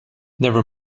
never